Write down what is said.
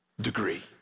degree